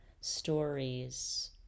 stories